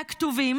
מהכתובים,